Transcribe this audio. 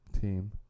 team